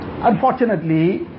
Unfortunately